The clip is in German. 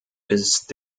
ist